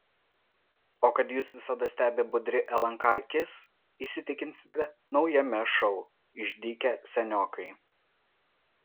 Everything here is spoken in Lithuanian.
o kad jus visada stebi budri lnk akis įsitikinsite naujame šou išdykę seniokai